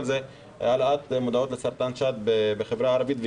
אבל זה העלאת מודעות לסרטן שד בחברה הערבית,